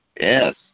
Yes